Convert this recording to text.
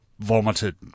vomited